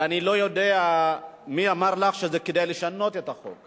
ואני לא יודע מי אמר לך שכדאי לשנות את החוק.